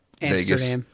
vegas